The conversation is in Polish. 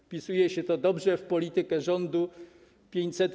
Wpisuje się to dobrze w politykę rządu 500+.